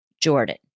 Jordan